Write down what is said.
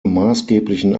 maßgeblichen